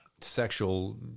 sexual